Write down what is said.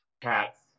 Cats